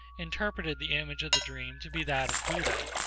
interpreted the image of the dream to be that of buddha,